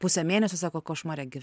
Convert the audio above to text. pusę mėnesio sako košmare gyv